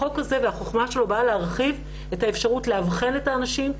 החוק הזה הוא שהוא בא להרחיב את האפשרות לאבחן את האנשים,